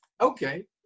Okay